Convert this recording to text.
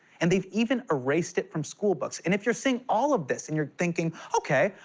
and they've even erased it from schoolbooks. and if you're seeing all of this, and you're thinking, okay,